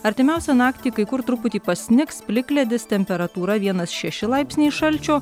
artimiausią naktį kai kur truputį pasnigs plikledis temperatūra vienas šeši laipsniai šalčio